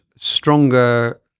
stronger